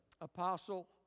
apostle